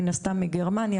למשל מגרמניה,